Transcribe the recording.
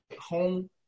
home